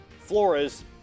Flores